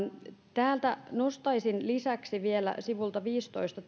nostaisin lisäksi vielä sivulta viidentoista